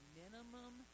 minimum